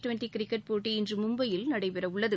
twenty cricket போட்டி இன்று மும்பையில் நடைபெற உள்ளது